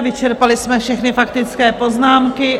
Vyčerpali jsme všechny faktické poznámky.